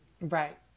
Right